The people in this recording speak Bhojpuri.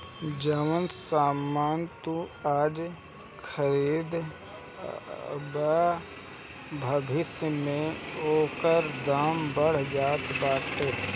जवन सामान तू आज खरीदबअ भविष्य में ओकर दाम बढ़ जात बाटे